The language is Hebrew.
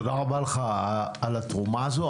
תודה רבה לך על התרומה הזאת.